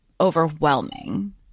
overwhelming